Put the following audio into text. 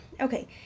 okay